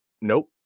nope